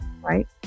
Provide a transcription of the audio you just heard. right